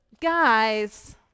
guys